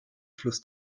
fluss